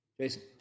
Jason